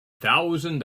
thousand